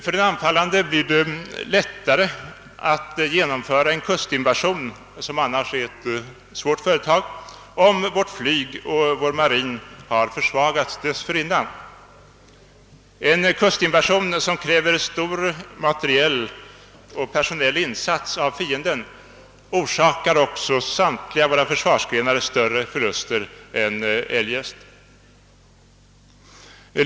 För den anfallande blir det lättare att genomföra en kustinvasion, som annars är ett svårt företag, om vårt flyg och vår marin har försvagats dessförinnan. En kustinvasion, som kräver stor materiell och personell insats av fienden, orsakar också samtliga våra försvarsgrenar större förluster än eljest.